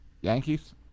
Yankees